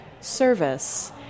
service